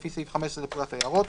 לפי סעיף 15 לפקודת היערות,